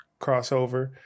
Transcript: crossover